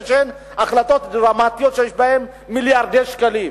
החלטות דרמטיות שיש בהן מיליארדי שקלים.